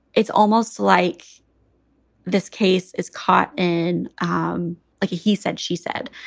it's almost like this case is caught in um like a he said she said,